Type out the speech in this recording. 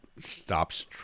stops